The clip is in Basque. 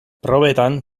probetan